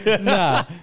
nah